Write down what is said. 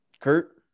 Kurt